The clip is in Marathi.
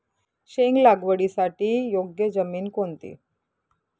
शेंग लागवडीसाठी योग्य जमीन कोणती?